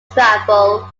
travel